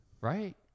right